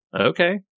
Okay